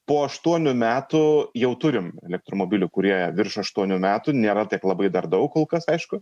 po aštuonių metų jau turim elektromobilių kurie virš aštuonių metų nėra labai dar daug kol kas aišku